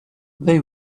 they